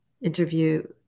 interview